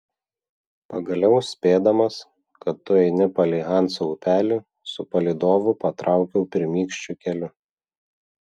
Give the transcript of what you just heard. pagaliau spėdamas kad tu eini palei hanso upelį su palydovu patraukiau pirmykščiu keliu